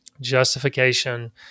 justification